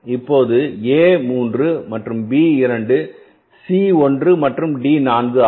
இப்போது A 3 மற்றும் B 2 மற்றும் C 1 மற்றும் D 4 ஆகும்